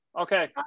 okay